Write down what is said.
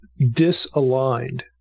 disaligned